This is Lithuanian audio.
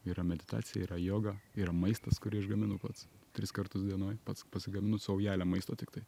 yra meditacija yra joga yra maistas kurį aš gaminu pats tris kartus dienoj pats pasigaminu saujelę maisto tiktai